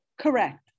Correct